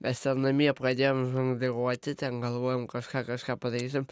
mes ten namie pradėjom žongliruoti ten galvojom kažką kažką padarysim